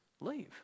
Leave